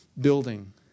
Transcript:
building